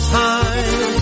time